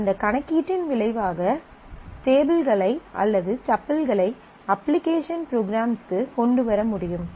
அந்த கணக்கீட்டின் விளைவாக டேபிள்களை டப்பிள்களை அப்ளிகேஷன் ப்ரோக்ராம்ஸ்க்கு கொண்டு வர முடியும்